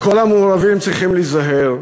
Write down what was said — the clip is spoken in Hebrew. וכל המעורבים צריכים להיזהר,